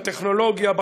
בטכנולוגיה,